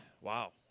Wow